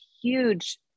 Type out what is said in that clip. huge